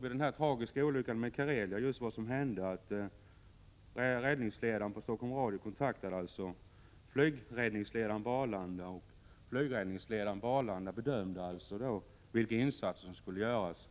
Vid den tragiska olyckan med Karelia hände just att räddningsledaren på Stockholm radio kontaktade flygräddningsledaren på Arlanda, och den senare bedömde vilka insatser som skulle göras.